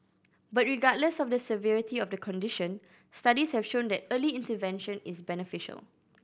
but regardless of the severity of the condition studies have shown that early intervention is beneficial